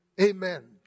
amen